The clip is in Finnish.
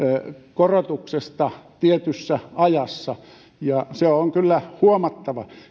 korotuksesta tietyssä ajassa ja se on kyllä huomattava